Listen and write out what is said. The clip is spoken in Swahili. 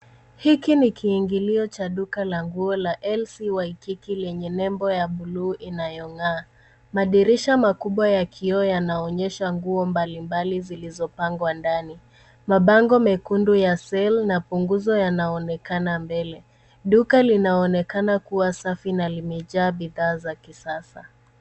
Hiki ni kiingilio cha duka la nguo la LC Waikiki lenye nembo ya bluu inayong'aa. Madirisha makubwa ya kioo yanaonyesha nguo mbalimbali zilizopangwa ndani. Mabango mekundu ya sale na punguzo yanaonekana mbele. Duka linaonekana kuwa safi na limejaa bidhaa za kisasa.